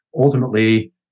ultimately